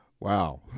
wow